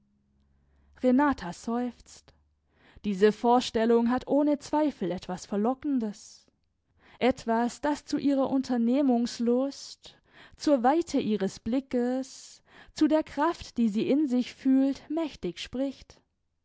renata seufzt diese vorstellung hat ohne zweifel etwas verlockendes etwas das zu ihrer unternehmungslust zur weite ihres blickes zu der kraft die sie in sich fühlt mächtig spricht